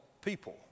people